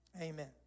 Amen